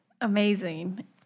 Amazing